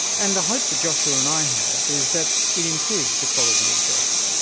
and the hope that joshua and i have is that it improves the quality of jobs,